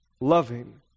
loving